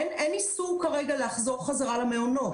אין איסור כרגע לחזור חזרה למעונות.